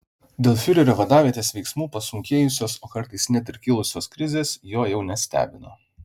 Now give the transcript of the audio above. dėl fiurerio vadavietės veiksmų pasunkėjusios o kartais net ir kilusios krizės jo jau nestebino